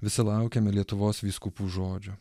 visi laukiam ir lietuvos vyskupų žodžio